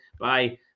bye